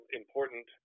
important